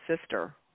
sister